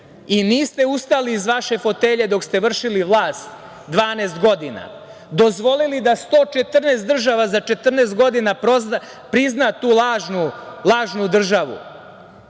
i niste ustali iz vaše fotelje dok ste vršili vlast 12 godina, dozvolili da 114 država za 14 godina prizna tu lažnu državu,